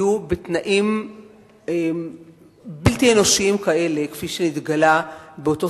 יהיו בתנאים בלתי אנושיים כאלה כפי שהתגלה באותו